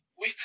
Wait